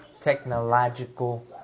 technological